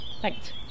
thanks